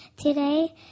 today